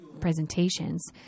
presentations